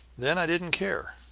then i didn't care.